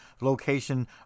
location